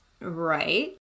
Right